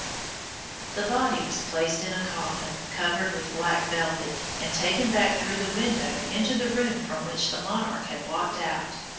the body was placed in a coffin covered with black velvet, and taken back through the window into the room from which the monarch had walked out,